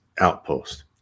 outpost